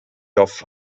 off